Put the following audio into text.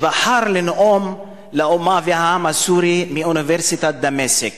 שבחר לנאום לאומה ולעם הסורי מאוניברסיטת דמשק.